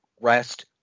rest